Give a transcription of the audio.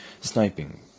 sniping